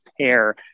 pair